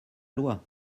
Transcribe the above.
loi